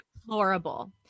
deplorable